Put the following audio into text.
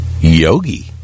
Yogi